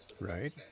Right